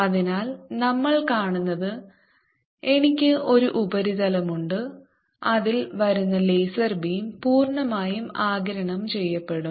അതിനാൽ നമ്മൾ കാണുന്നത് എനിക്ക് ഒരു ഉപരിതലമുണ്ട് അതിൽ വരുന്ന ലേസർ ബീം പൂർണ്ണമായും ആഗിരണം ചെയ്യപ്പെടും